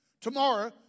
tomorrow